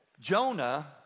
Jonah